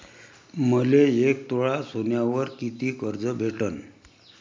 मले एक तोळा सोन्यावर कितीक कर्ज भेटन?